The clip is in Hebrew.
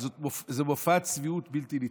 זה מופע צביעות בלתי נתפס,